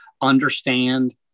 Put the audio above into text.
understand